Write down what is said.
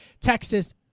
Texas